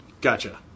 Gotcha